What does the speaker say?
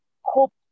hope